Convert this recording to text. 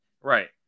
Right